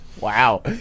Wow